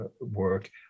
work